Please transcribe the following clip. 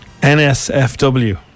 NSFW